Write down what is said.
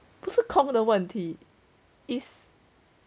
不是空的问题 is